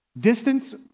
Distance